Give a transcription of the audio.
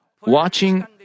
watching